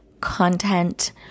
content